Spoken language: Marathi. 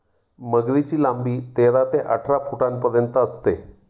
मगरीची लांबी तेरा ते अठरा फुटांपर्यंत असते